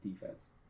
defense